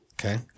Okay